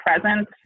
presence